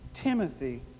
Timothy